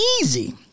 easy